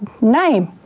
name